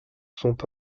sont